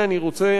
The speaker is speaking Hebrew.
אדוני היושב-ראש,